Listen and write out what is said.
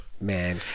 Man